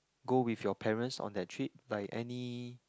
go with your parents on that trip like any